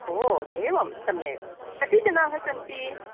ओ एवं सम्यक् कति जनाः सन्ति